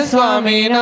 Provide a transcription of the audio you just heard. Swami